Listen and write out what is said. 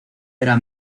era